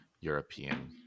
European